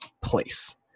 place